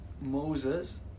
Moses